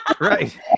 Right